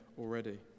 already